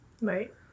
Right